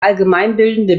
allgemeinbildende